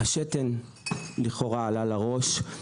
השתן לכאורה עלה לראש.